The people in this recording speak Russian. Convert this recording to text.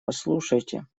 послушайте